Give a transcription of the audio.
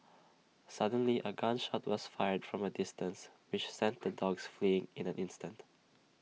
suddenly A gun shot was fired from A distance which sent the dogs fleeing in an instant